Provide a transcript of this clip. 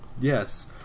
Yes